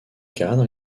cadre